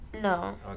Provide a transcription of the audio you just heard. No